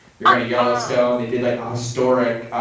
they're going to yellowstone. they did like a historic,